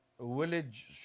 village